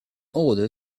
order